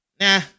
nah